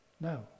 No